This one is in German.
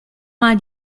mal